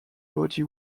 body